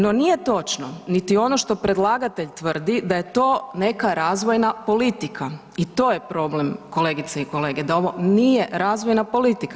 No nije točno niti ono što predlagatelj tvrdi da je to neka razvojna politika i to je problem kolegice i kolege da ovo nije razvojna politika.